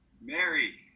Mary